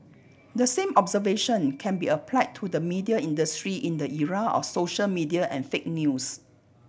the same observation can be applied to the media industry in the era of social media and fake news